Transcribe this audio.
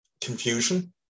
confusion